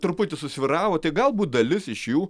truputį susvyravo tai galbūt dalis iš jų